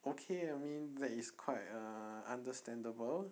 okay I mean that is quite err understandable